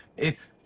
it's